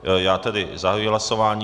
Já tedy zahajuji hlasování.